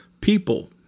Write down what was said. people